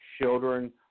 children